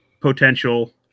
potential –